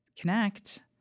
connect